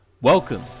welcome